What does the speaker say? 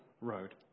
road